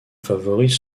favorise